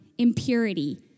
impurity